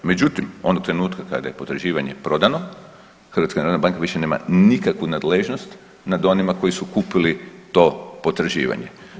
Međutim, onog trenutka kada je potraživanje prodano HNB više nema nikakvu nadležnost nad onima koji su kupili to potraživanje.